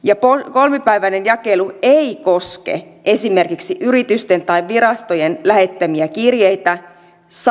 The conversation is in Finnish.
kolmipäiväinen jakelu ei koske esimerkiksi yritysten tai virastojen lähettämiä kirjeitä